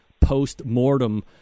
post-mortem